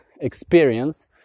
experience